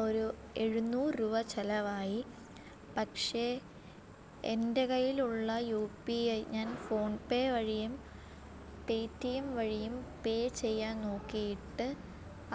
ഒരു എഴുന്നൂറ് രൂപ ചിലവായി പക്ഷേ എൻ്റെ കൈയിലുള്ള യു പി ഐ ഞാൻ ഫോൺ പേ വഴിയും പേ ടി എം വഴിയും പേ ചെയ്യാൻ നോക്കിയിട്ട്